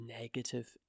negative